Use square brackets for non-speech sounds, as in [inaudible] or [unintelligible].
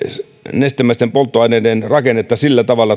nestemäisten polttoaineiden rakennetta sillä tavalla [unintelligible]